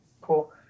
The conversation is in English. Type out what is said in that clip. Cool